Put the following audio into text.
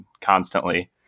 constantly